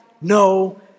no